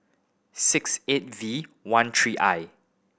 six eight V one three I